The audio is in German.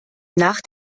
nach